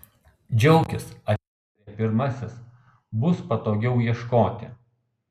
džiaukis atitarė pirmasis bus patogiau ieškoti